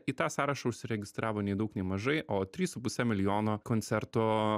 į tą sąrašą užsiregistravo nei daug nei mažai o trys su puse milijono koncerto